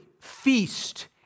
feast